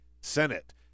Senate